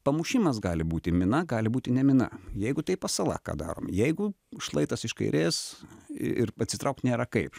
pamušimas gali būti mina gali būti ne mina jeigu tai pasala ką darom jeigu šlaitas iš kairės ir atsitraukt nėra kaip